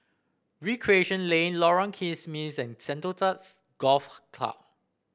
Recreation Lane Lorong Kismis and Sentosa Golf Club